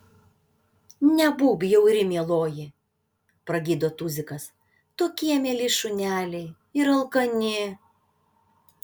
nebūk bjauri mieloji pragydo tuzikas tokie mieli šuneliai ir alkani